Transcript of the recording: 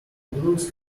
blouse